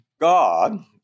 God